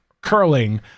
curling